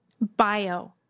bio